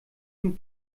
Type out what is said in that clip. zum